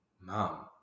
Mom